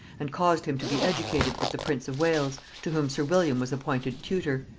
and caused him to be educated with the prince of wales, to whom sir william was appointed tutor,